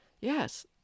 Yes